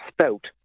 spout